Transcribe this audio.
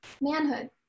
manhood